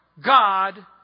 God